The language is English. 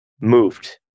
moved